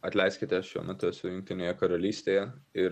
atleiskite šiuo metu esu jungtinėje karalystėje ir